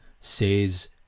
says